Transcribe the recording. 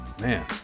Man